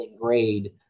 grade